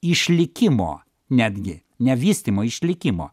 išlikimo netgi ne vystymo o išlikimo